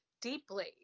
deeply